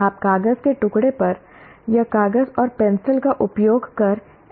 आप कागज के टुकड़े पर या कागज और पेंसिल का उपयोग कर ऐसा नहीं कर रहे हैं